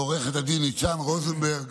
לעו"ד ניצן רוזנברג,